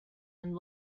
and